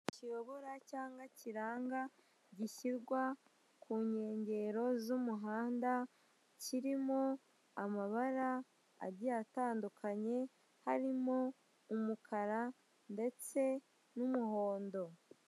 Kiyobora cyangwa kiranga gishyirwa ku nkengero z'umuhannda kirimo amabara agiye atandukanye harimo umukara ndetse ndetse n'umuhondo.